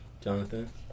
Jonathan